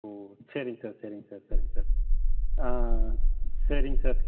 ஓ சரிங் சார் சரிங் சார் சரிங் சார் ஆ சரிங் சார்